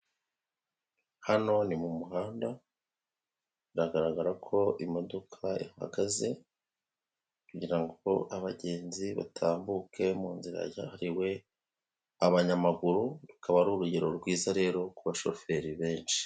Hano ni mu muhanda biragaragara ko imodoka ihagaze kugira ngo abagenzi batambuke mu nzira zahariwe abanyamaguru rukaba ari urugero rwiza rero ku bashoferi benshi.